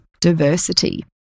diversity